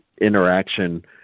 interaction